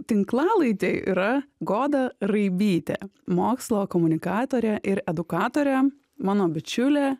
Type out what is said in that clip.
tinklalaidėj yra goda raibytė mokslo komunikatorė ir edukatorė mano bičiulė